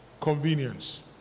convenience